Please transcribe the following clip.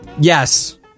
Yes